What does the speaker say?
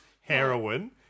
heroin